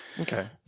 Okay